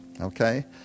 okay